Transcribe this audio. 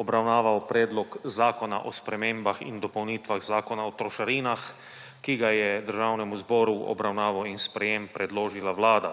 obravnaval Predlog zakona o spremembah in dopolnitvah Zakona o trošarinah, ki ga je Državnemu zboru v obravnavo in sprejetje predložila vlada.